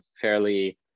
fairly